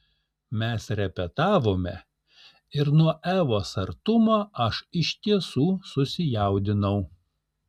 mes repetavome ir nuo evos artumo aš iš tiesų susijaudinau